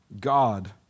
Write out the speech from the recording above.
God